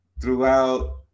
throughout